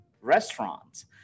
restaurants